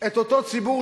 את אותו ציבור,